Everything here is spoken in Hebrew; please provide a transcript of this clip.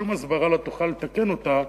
ששום הסברה לא תוכל לתקן זאת,